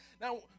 now